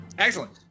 Excellent